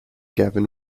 gavin